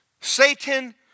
Satan